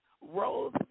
Rose